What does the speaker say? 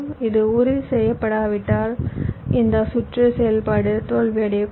இது உறுதி செய்யப்படாவிட்டால் இந்த சுற்று செயல்பாடு தோல்வியடையக்கூடும்